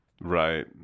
Right